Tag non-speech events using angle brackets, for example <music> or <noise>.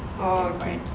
<noise>